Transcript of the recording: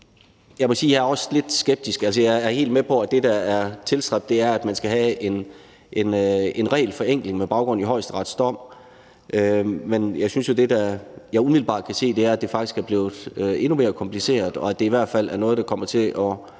jeg også er lidt skeptisk. Jeg er helt med på, at det, der er tilstræbt, er, at man skal have en regelforenkling med baggrund i Højesterets dom. Men jeg synes jo, at det, jeg umiddelbart kan se, er, at det faktisk er blevet endnu mere kompliceret, og at det i hvert fald er noget, der kommer til at